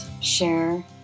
share